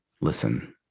listen